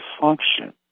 function